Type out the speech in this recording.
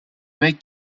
mec